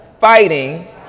fighting